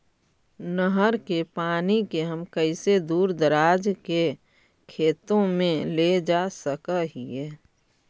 नहर के पानी के हम कैसे दुर दराज के खेतों में ले जा सक हिय?